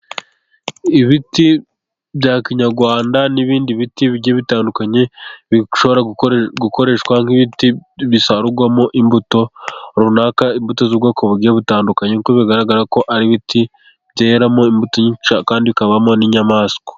Ibiti bya kinyarwanda n'ibindi biti bigiye bitandukanye. Bishobora gukoreshwa nk'ibiti, bisarurwamo imbuto runaka. Imbuto z'ubwoko bugiye butandukanye kuko bigaragara ko ari ibiti byeramo imbuto kandi bikabamo n'inyamaswa.